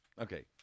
Okay